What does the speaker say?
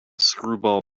screwball